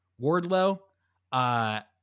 Wardlow